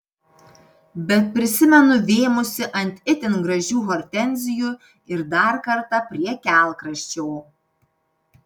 bet prisimenu vėmusi ant itin gražių hortenzijų ir dar kartą prie kelkraščio